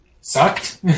sucked